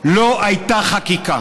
הייתה חקיקה